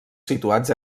situats